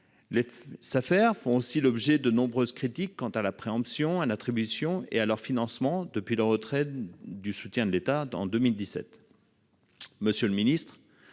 Les Safer font aussi l'objet de nombreuses critiques quant à la préemption et à l'attribution des terres, mais aussi quant à leur financement, depuis le retrait du soutien de l'État en 2017. Monsieur le ministre,